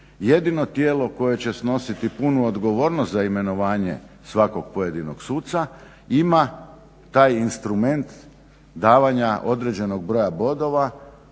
jedino tijelo koje će snositi punu odgovornost za imenovanje svakog pojedinog suca ima taj instrument davanja određenog broja bodova,